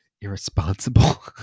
irresponsible